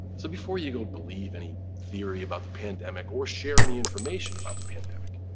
so before you go believe any theory about the pandemic, or share any information about the pandemic,